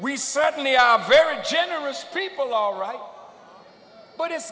we certainly are very generous people all right but